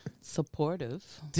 Supportive